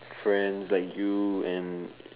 friend like you and